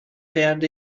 found